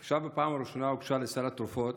עכשיו, בפעם הראשונה, הוגשה לסל התרופות